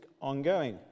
ongoing